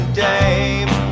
dame